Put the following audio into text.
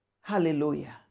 Hallelujah